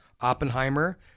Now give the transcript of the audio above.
oppenheimer